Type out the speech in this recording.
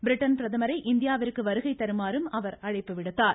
Britain பிரதமரை இந்தியாவிற்கு வருகை தருமாறும் அவர் அழைப்பு விடுத்தார்